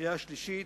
ובקריאה שלישית.